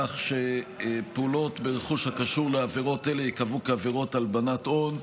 כך שפעולות ברכוש הקשור לעבירות אלה ייקבעו כעבירות הלבנת הון.